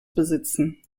besitzen